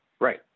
Right